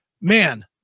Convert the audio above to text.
man